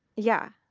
yeah.